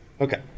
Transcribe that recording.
Okay